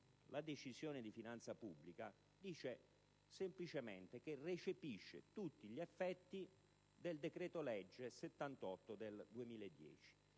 La Decisione di finanza pubblica, infatti, dice semplicemente che recepisce tutti gli effetti del decreto-legge n. 78 del 2010.